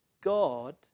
God